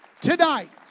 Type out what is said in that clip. tonight